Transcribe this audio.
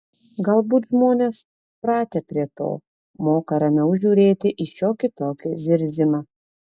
galbūt žmonės pratę prie to moka ramiau žiūrėti į šiokį tokį zirzimą